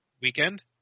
weekend